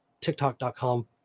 TikTok.com